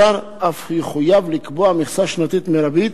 השר אף יחויב לקבוע מכסה שנתית מרבית